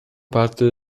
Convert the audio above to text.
parte